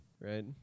Right